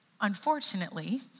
Unfortunately